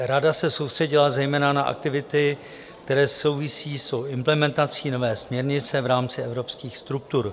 Rada se soustředila zejména na aktivity, které souvisejí s implementací nové směrnice v rámci evropských struktur.